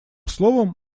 словом